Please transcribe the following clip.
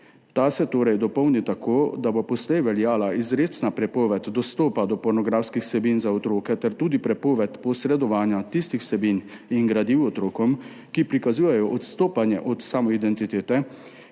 Ta se torej dopolni tako, da bo poslej veljala izrecna prepoved dostopa do pornografskih vsebin za otroke ter tudi prepoved posredovanja tistih vsebin in gradiv otrokom, ki prikazujejo odstopanje od samoidentitete,